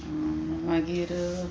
मागीर